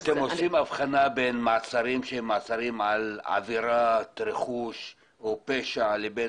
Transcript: אתם עושים הבחנה בין מעצרים שהם מעצרים על עבירת רכוש או פשע לבין